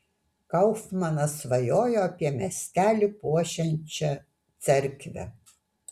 kaufmanas svajojo apie miestelį puošiančią cerkvę